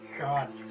God